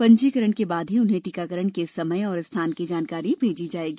पंजीकरण के बाद ही उन्हें टीकाकरण के समय और स्थान की जानकारी भेजी जाएगी